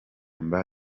mba